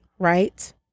Right